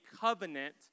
covenant